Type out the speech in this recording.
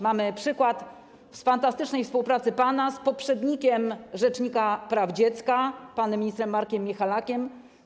Mamy przykład fantastycznej współpracy pana z poprzednikiem rzecznika praw dziecka, panem ministrem Markiem Michalakiem.